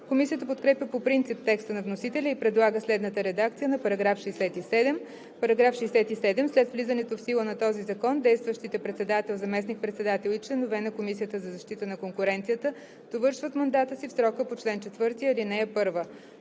Комисията подкрепя по принцип текста на вносителя и предлага следната редакция на § 67: „§ 67. След влизането в сила на този закон действащите председател, заместник-председател и членове на Комисията за защита на конкуренцията довършват мандата си в срока по чл. 4, ал. 1.“